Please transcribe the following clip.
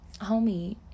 homie